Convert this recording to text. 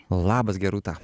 labas gerūta